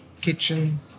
kitchen